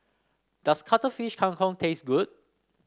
does Cuttlefish Kang Kong taste good